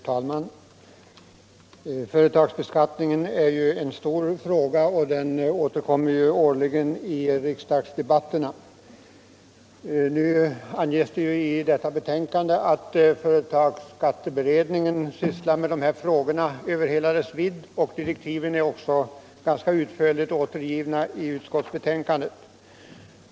Fru talman! Företagsbeskattningen är en stor fråga, som återkommer årligen i riksdagsdebatterna. I förevarande utskottsbetänkande sägs att företagsskatteberedningen sysslar med den frågan i hela dess vidd, och direktiven för beredningen är ganska utförligt återgivna i betänkandet.